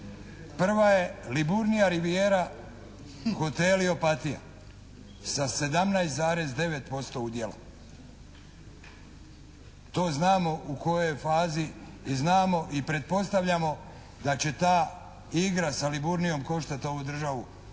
Prva je "Liburnija Rivijera" hoteli Opatija sa 17,9% udjela. To znamo u kojoj fazi i znamo i pretpostavljamo da će ta igra sa "Liburnijom" koštati ovu državu